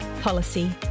Policy